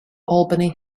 albany